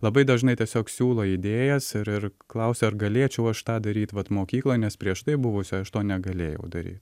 labai dažnai tiesiog siūlo idėjas ir klausia ar galėčiau aš tą daryti vat mokyklą nes prieš tai buvusioj aš to negalėjau daryti